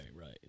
right